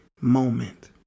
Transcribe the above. moment